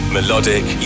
Melodic